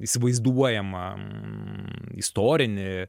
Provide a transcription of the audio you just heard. įsivaizduojamą istorinį